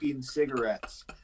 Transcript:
cigarettes